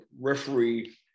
referee